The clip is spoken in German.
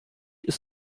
ist